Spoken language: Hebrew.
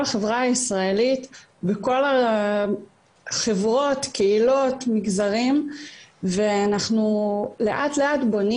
החברה הישראלית בכל החברות קהילות מגזרים ואנחנו לאט לאט בונים